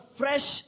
fresh